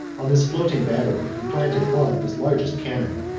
on this floating battery he planted one of his largest cannon,